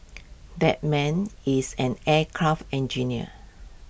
that man is an aircraft engineer